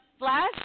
last –